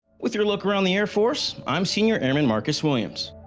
with your look around the air force, i'm senior airman marqus williams.